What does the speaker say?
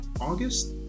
August